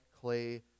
clay